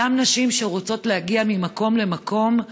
אותן נשים שרוצות להגיע ממקום למקום,